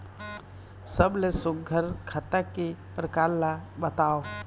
सबले सुघ्घर खाता के प्रकार ला बताव?